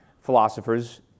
philosophers